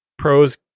pros